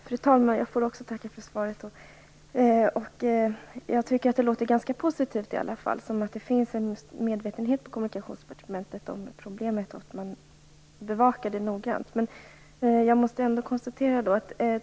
Fru talman! Jag får också tacka för svaret. Jag tycker att svaret låter ganska positivt - som att det finns en medvetenhet i Kommunikationsdepartementet om problemet och att det bevakas noggrant. Jag måste ändå konstatera följande.